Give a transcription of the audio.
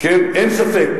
אין ספק